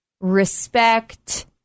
respect